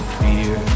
fear